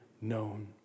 known